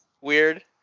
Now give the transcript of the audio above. Weird